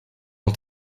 ont